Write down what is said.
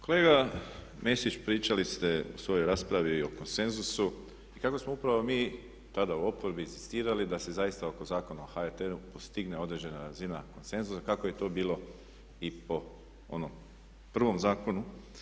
Kolega Mesić pričali ste u svojoj raspravi i o konsenzusu i kako smo upravo mi tada u oporbi inzistirali da se zaista oko Zakona o HRT-u postigne određena razina konsenzusa kako je to bilo i po onom prvom zakonu.